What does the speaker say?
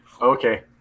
Okay